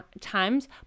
times